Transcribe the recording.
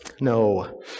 No